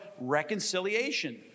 reconciliation